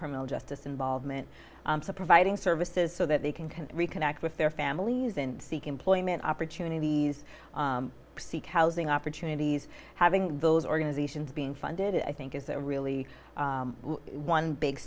criminal justice involvement to providing services so that they can can reconnect with their families and seek employment opportunities seek housing opportunities having those organizations being funded i think is that really one big